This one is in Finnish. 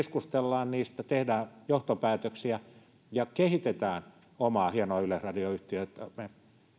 keskustellaan niistä tehdään johtopäätöksiä ja kehitetään omaa hienoa yleisradio yhtiötämme